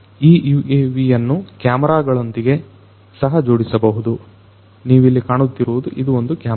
ಈ UAV ಯನ್ನು camera ಗಳೊಂದಿಗೆ ಸಹ ಜೋಡಿಸಬಹುದು ನೀವಿಲ್ಲಿ ಕಾಣುತ್ತಿರುವುದು ಇದು ಒಂದು ಕ್ಯಾಮೆರಾ